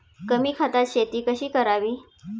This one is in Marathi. कमी खतात शेती कशी करावी?